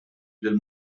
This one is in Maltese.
lill